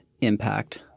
impact